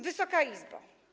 Wysoka Izbo!